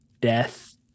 death